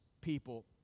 people